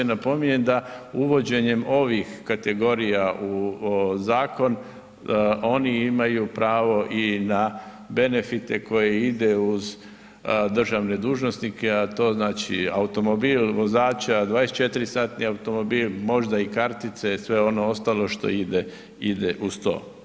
Napominjem da uvođenjem ovih kategorija u zakon oni imaju pravo i na benefite koji idu uz državne dužnosnike, a to znači automobil, vozača, 24-satni automobil, možda i kartice i sve ono ostalo što ide uz to.